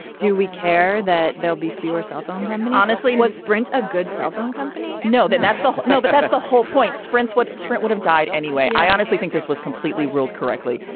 do we care that there'll be fewer cell phones? i mean, honestly, what sprint? a good cell phone company? no, that that's not. no, but that's the whole point. sprint's what sprint would have died anyway. i honestly think this was completely world correctly.